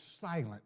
silent